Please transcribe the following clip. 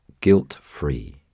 guilt-free